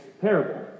parable